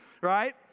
right